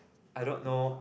I don't know